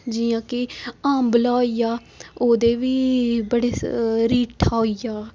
जियां के आबंला होई गेआ ओह्दे बी बड़े सारे रीठा होई गेआ